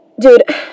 Dude